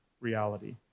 reality